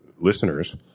listeners